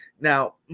Now